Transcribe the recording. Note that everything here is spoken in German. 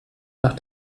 nach